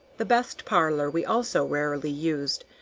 the best parlor we also rarely used,